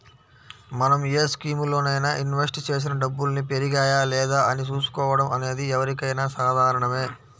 మనం ఏ స్కీములోనైనా ఇన్వెస్ట్ చేసిన డబ్బుల్ని పెరిగాయా లేదా అని చూసుకోవడం అనేది ఎవరికైనా సాధారణమే